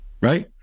right